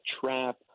trap